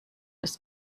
dass